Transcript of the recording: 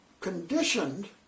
conditioned